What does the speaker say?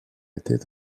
était